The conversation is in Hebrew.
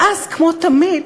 ואז, כמו תמיד,